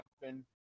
happen